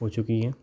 हो चुकी हैं